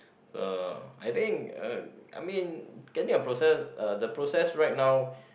uh I think uh I mean getting a process uh the process right now